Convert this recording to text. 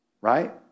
right